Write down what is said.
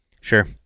Sure